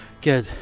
Good